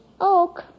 Oak